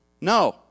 No